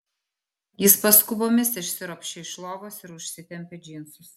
jis paskubomis išsiropščia iš lovos ir užsitempia džinsus